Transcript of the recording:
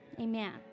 amen